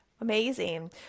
Amazing